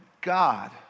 God